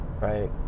right